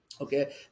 okay